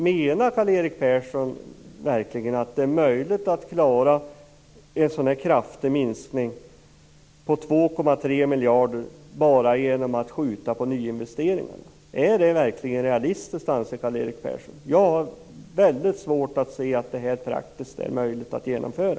Menar Karl-Erik Persson verkligen att det är möjligt att klara en sådan här kraftig minskning på 2,3 miljarder bara genom att skjuta på nyinvesteringarna? Anser verkligen Karl-Erik Persson att det är realistiskt? Jag har väldigt svårt att se att det här är praktiskt möjligt att genomföra.